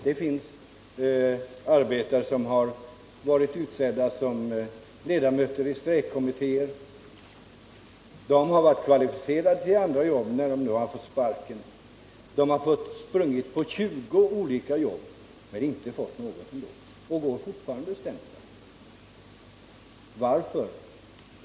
Det finns kvalificerade arbetare som varit utsedda till ledamöter i strejkkommittéer och som sedan fått sparken. De har fått söka arbete på kanske 20 företag men ändå inte fått något. Varför?